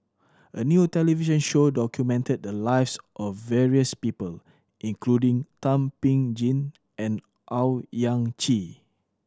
a new television show documented the lives of various people including Thum Ping Tjin and Owyang Chi